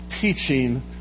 teaching